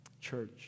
Church